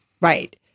Right